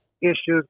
issues